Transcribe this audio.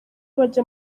bajya